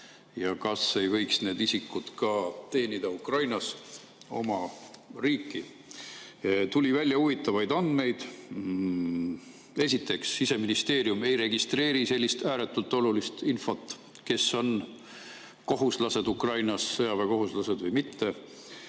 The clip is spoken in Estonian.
ja kas ei võiks need isikud teenida Ukrainas oma riiki. Tuli välja huvitavaid andmeid. Esiteks, Siseministeerium ei registreeri sellist ääretult olulist infot, kes neist on Ukrainas sõjaväekohuslased ja kes